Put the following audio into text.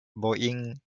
boeing